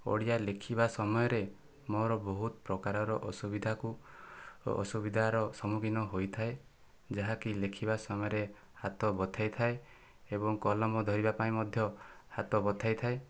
ଓଡ଼ିଆ ଲେଖିବା ସମୟରେ ମୋର ବହୁତ ପ୍ରକାରର ଅସୁବିଧାକୁ ଅସୁବିଧାର ସମ୍ମୁଖୀନ ହୋଇଥାଏ ଯାହାକି ଲେଖିବା ସମୟରେ ହାତ ବଥେଇ ଥାଏ ଏବଂ କଲମ ଧରିବା ପାଇଁ ମଧ୍ୟ ହାତ ବଥେଇଥାଏ